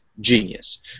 genius